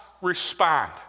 respond